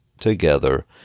together